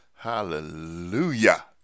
Hallelujah